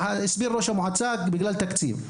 הסביר ראש המועצה היבט מסוים,